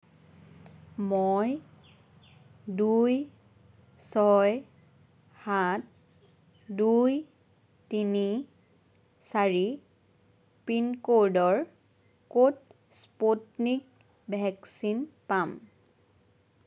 মই দুই ছয় সাত দুই তিনি চাৰি পিন ক'ডৰ ক'ত স্পুটনিক ভেকচিন পাম